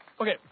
Okay